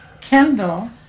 Kendall